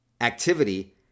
activity